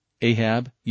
Ahab